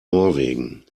norwegen